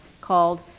called